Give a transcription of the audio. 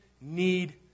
need